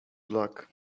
block